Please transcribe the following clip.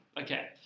Okay